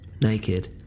Naked